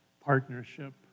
partnership